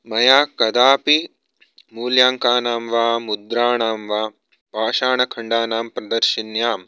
मया कदापि मूल्याङ्कानां वा मुद्राणां वा पाषाणखण्डानां प्रदर्शिन्यां